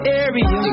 area